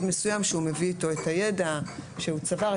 מסוים שהוא מביא איתו את הידע שהוא צבר,